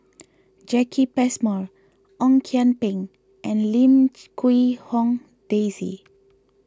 Jacki Passmore Ong Kian Peng and Lim Quee Hong Daisy